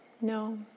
No